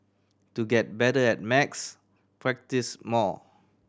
to get better at maths practise more